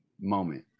moment